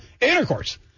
Intercourse